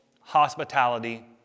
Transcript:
hospitality